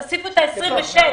תוסיפו את ה-26.